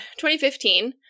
2015